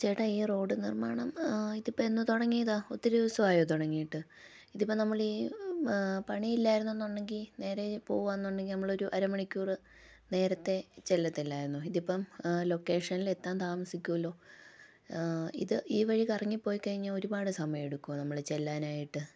ചേട്ടാ ഈ റോഡ് നിർമാണം ഇതിപ്പോൾ എന്ന് തുടങ്ങിയതാണ് ഒത്തിരി ദിവസായോ തുടങ്ങിട്ട് ഇതിപ്പോൾ നമ്മളീ പണിയില്ലായിരുന്നുന്നുണ്ടെങ്കിൽ നേരെ പോവാന്നുണ്ടെങ്കിൽ നമ്മളൊരു അര മണിക്കൂർ നേരത്തെ ചെല്ലത്തില്ലായിരുന്നോ ഇതിപ്പം ലൊക്കേഷനിൽ എത്താൻ താമസിക്കുല്ലോ ഇത് ഈ വഴി കറങ്ങിപ്പോയി കഴിഞ്ഞാൽ ഒരുപാട് സമയമെടുക്കോ നമ്മൾ ചെല്ലാനായിട്ട്